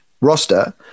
roster